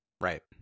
Right